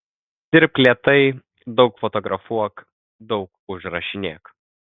dirbk lėtai daug fotografuok daug užrašinėk